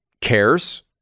cares